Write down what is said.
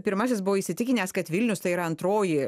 pirmasis buvo įsitikinęs kad vilnius tai yra antroji